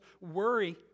Worry